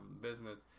business